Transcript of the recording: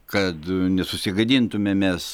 kad nesusigadintume mes